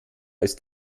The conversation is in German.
ist